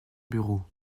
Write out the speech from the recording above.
bureau